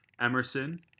Emerson